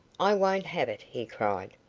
i won't have it, he cried.